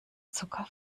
zucker